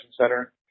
center